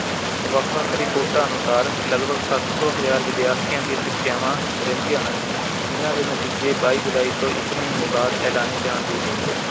ਵੱਖ ਵੱਖ ਰਿਪੋਰਟਾਂ ਅਨੁਸਾਰ ਲਗਭਗ ਸੱਤ ਸੌ ਹਜ਼ਾਰ ਵਿਦਿਆਰਥੀਆਂ ਦੀਆਂ ਪ੍ਰੀਖਿਆਵਾਂ ਰਹਿੰਦੀਆਂ ਹਨ ਜਿਨ੍ਹਾਂ ਦੇ ਨਤੀਜੇ ਬਾਈ ਜੁਲਾਈ ਤੋਂ ਇੱਕ ਮਹੀਨੇ ਬਾਅਦ ਐਲਾਨੇ ਜਾਣ ਦੀ ਉਮੀਦ ਹੈ